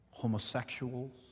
homosexuals